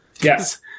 Yes